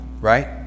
right